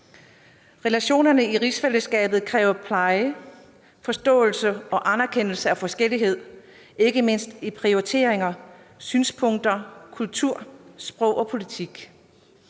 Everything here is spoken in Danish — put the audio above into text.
Relationerne i rigsfællesskabet kræver pleje, forståelse og anerkendelse af forskellighed, ikke mindst med hensyn til prioriteringer, synspunkter, kultur, sprog og politik.